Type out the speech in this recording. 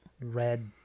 red